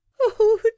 Oh